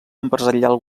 empresarial